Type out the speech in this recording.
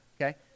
okay